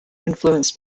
influenced